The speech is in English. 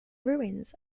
ruins